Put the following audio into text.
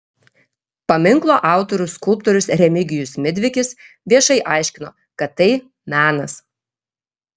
paminklo autorius skulptorius remigijus midvikis viešai aiškino kad tai menas